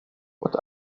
what